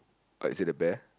or is it the bear